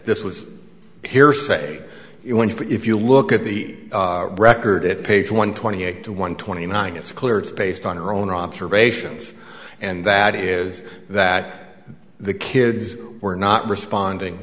this was hearsay when you put if you look at the record it page one twenty eight to one twenty nine it's clear it's based on our own observations and that is that the kids were not responding